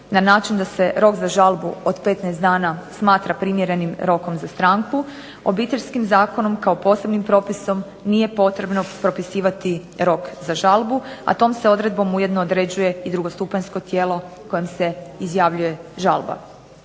na način da se rok za žalbu od 15 dana smatra primjerenim rokom za stranku, obiteljskim zakonom kao posebnim propisom nije potrebno propisivati rok za žalbu, a tom se odredbom ujedno određuje i drugostupanjsko tijelo kojim se izjavljuje žalba.